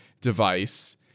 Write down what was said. device